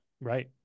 right